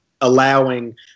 allowing